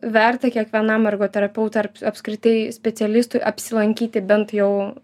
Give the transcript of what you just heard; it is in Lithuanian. verta kiekvienam ergoterapeutui ar apskritai specialistui apsilankyti bent jau